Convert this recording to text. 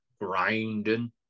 grinding